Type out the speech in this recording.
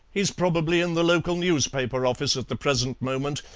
he's probably in the local newspaper office at the present moment,